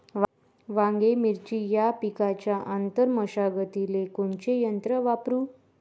वांगे, मिरची या पिकाच्या आंतर मशागतीले कोनचे यंत्र वापरू?